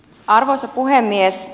arvoisa puhemies